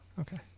Okay